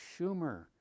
Schumer